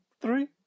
three